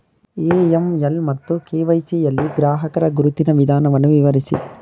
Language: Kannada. ಎ.ಎಂ.ಎಲ್ ಮತ್ತು ಕೆ.ವೈ.ಸಿ ಯಲ್ಲಿ ಗ್ರಾಹಕರ ಗುರುತಿನ ವಿಧಾನವನ್ನು ವಿವರಿಸಿ?